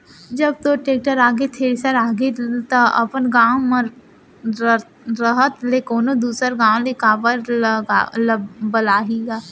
जब तोर टेक्टर आगे, थेरेसर आगे त अपन गॉंव म रहत ले कोनों दूसर गॉंव ले काबर बलाही गा?